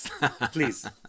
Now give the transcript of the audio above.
please